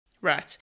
Right